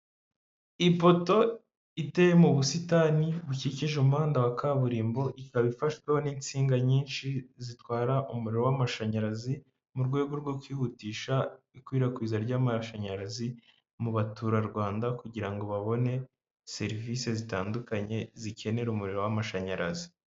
Ipoto iteye mu busitani bukikije umuhanda wa kaburimbo, ikaba ifashweho n'insinga nyinshi zitwara umuriro w'amashanyarazi, mu rwego rwo kwihutisha ikwirakwiza ry'amashanyarazi mu baturarwanda kugira ngo babone serivisi zitandukanye zikenera umuriro w'amashanyarazi.